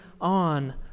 on